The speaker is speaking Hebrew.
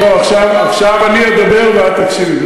לא, עכשיו אני אדבר ואת תקשיבי.